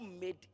made